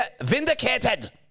vindicated